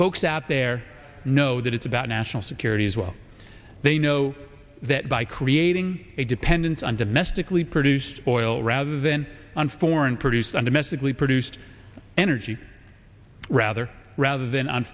folks out there know that it's about national security as well they know that by creating a dependence on domestically produced oil rather than on foreign produced under messick we produced energy rather rather than on